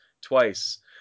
twice